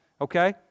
Okay